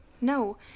No